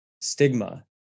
stigma